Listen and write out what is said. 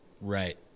Right